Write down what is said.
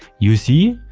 you see,